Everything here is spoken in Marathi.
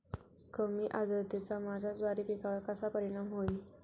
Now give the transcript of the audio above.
कमी आर्द्रतेचा माझ्या ज्वारी पिकावर कसा परिणाम होईल?